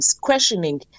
questioning